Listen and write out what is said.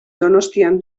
donostian